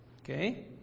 Okay